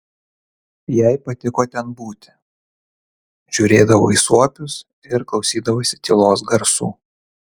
jai patiko ten būti žiūrėdavo į suopius ir klausydavosi tylos garsų